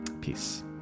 Peace